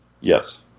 Yes